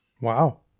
Wow